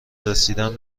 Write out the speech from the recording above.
رسیدن